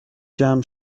جمع